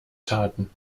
taten